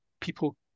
people